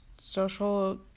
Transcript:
social